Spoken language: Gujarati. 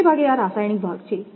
મોટે ભાગે આ રાસાયણિક ભાગ છે